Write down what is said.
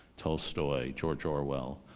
tolstoy, george orwell.